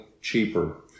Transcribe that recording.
cheaper